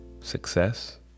success